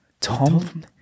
Tom